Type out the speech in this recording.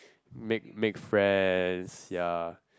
make make friends ya